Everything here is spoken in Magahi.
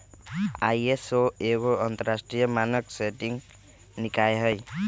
आई.एस.ओ एगो अंतरराष्ट्रीय मानक सेटिंग निकाय हइ